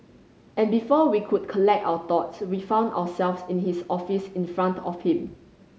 and before we could collect our thoughts we found ourselves in his office in front of him